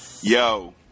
yo